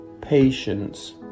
patience